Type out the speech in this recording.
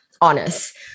Honest